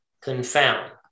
confound